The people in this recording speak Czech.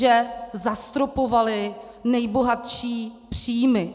Že zastropovaly nejbohatší příjmy.